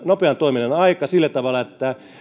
nopean toiminnan aika sillä tavalla että